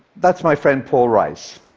that's my friend paul rice.